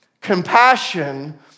Compassion